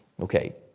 Okay